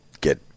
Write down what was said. get